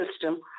system